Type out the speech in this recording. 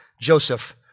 Joseph